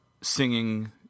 singing